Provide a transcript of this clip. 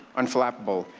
unflappable,